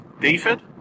David